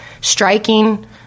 striking